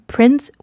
Prince